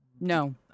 No